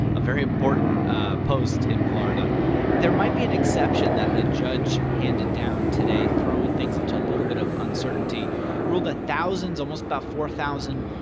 a very important post in florida there might be an exception that a judge handed down today, throwing things into a little bit of uncertainty. he ruled that thousands, almost about four thousand,